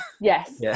yes